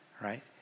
right